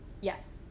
yes